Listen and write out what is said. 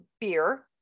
beer